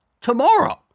tomorrow